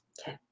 Okay